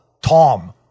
Tom